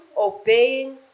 obeying